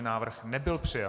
Návrh nebyl přijat.